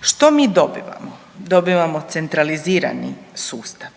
Što mi dobivamo? Dobivamo centralizirani sustav,